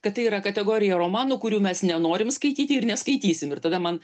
kad tai yra kategorija romanų kurių mes nenorim skaityti ir neskaitysim ir tada man